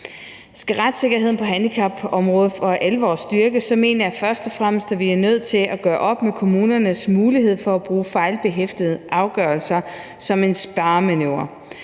Skal retssikkerheden på handicapområdet for alvor styrkes, mener jeg først og fremmest, at vi er nødt til at gøre op med kommunernes mulighed for at bruge fejlbehæftede afgørelser som en sparemanøvre.